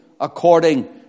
according